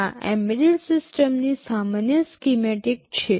આ એમ્બેડેડ સિસ્ટમની સામાન્ય સ્કીમેટીક છે